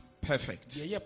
perfect